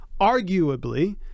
arguably